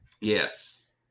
Yes